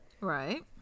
Right